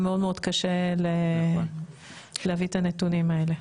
מאוד-מאוד קשה להביא את הנתונים האלה.